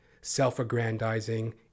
self-aggrandizing